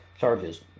charges